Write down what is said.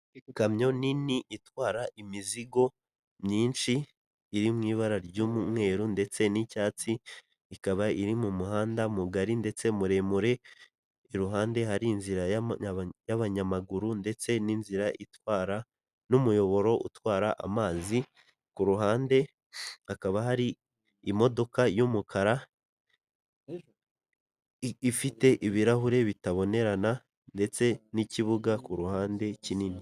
Ikamyo nini itwara imizigo myinshi iri mu ibara ry'umweru ndetse n'icyatsi ikaba iri mu muhanda mugari ndetse muremure iruhande hari inzira y'abanyamaguru ndetse n'inzira itwara n'umuyoboro utwara amazi. Ku ruhande hakaba hari imodoka y'umukara ifite ibirahure bitabonerana, ndetse n'ikibuga ku ruhande kinini.